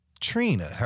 Trina